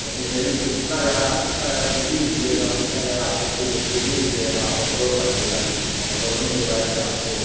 अपने शरीर को जितना ज़्यादा जितना प्रोटीन दीजिएगा उतना ज़्यादा आपका शरीर स्टेबलिस्ट रहेगा और दौड़ पाइएगा और दौड़ने के बाद जो आपको